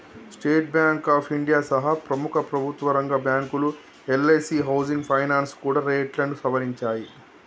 state bank of India సహా ప్రముఖ ప్రభుత్వరంగ బ్యాంకులు, ఎల్ఐసీ హౌసింగ్ ఫైనాన్స్ కూడా రేట్లను సవరించాయి